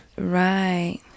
Right